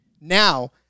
now